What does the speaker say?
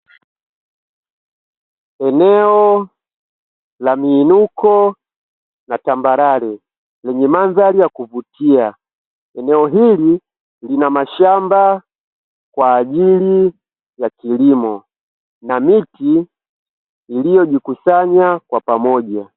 Eneo la miinuko na tambarare lenye mandhari ya kuvutia, eneo hili lina mashamba kwa ajili ya kilimo na miti iliyojikusanya kwa pamoja.